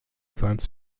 science